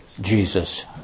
Jesus